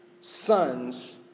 sons